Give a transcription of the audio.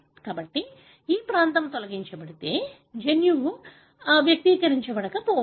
కాబట్టి ఈ ప్రాంతం తొలగించబడితే జన్యువు వ్యక్తీకరించబడకపోవచ్చు